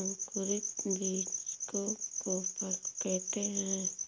अंकुरित बीज को कोपल कहते हैं